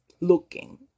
looking